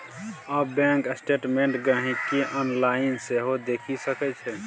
आब bank statement गांहिकी online सेहो देखि सकै छै